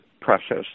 process